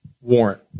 warrant